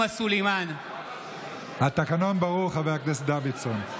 התקנון ברור, חבר הכנסת דוידסון.